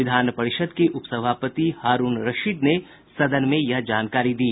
विधान परिषद के उपसभापति हारूण रशीद ने सदन में यह जानकारी दी